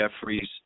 Jeffries